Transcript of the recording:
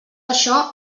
això